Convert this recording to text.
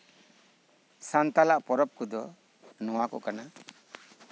ᱥᱟᱱᱛᱟᱲᱟᱜ ᱯᱚᱨᱚᱵᱽ ᱠᱚᱫᱚ ᱱᱚᱶᱟ ᱠᱚ ᱠᱟᱱᱟ